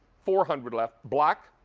four hundred left. black,